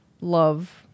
love